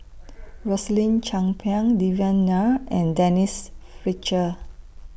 Rosaline Chan Pang Devan Nair and Denise Fletcher